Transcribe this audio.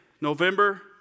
November